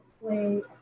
play